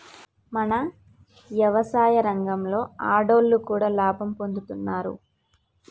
మన యవసాయ రంగంలో ఆడోళ్లు కూడా లాభం పొందుతున్నారు